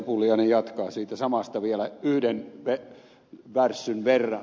pulliainen jatkaa siitä samasta vielä yhden värssyn verran